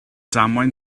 damwain